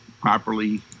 properly